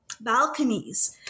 balconies